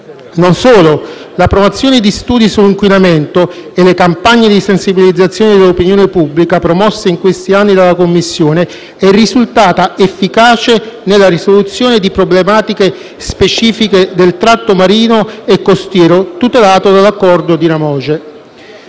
Non solo. La promozione di studi sull'inquinamento e le campagne di sensibilizzazione dell'opinione pubblica promosse in questi anni dalla commissione è risultata efficace nella risoluzione di problematiche specifiche del tratto marino e costiero tutelato dall'Accordo RAMOGE.